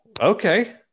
Okay